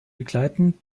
begleiten